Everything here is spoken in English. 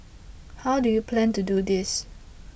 how do you plan to do this